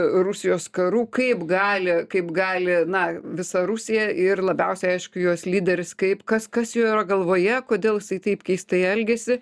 rusijos karu kaip gali kaip gali na visa rusija ir labiausiai aišku jos lyderis kaip kas kas jo yra galvoje kodėl jisai taip keistai elgiasi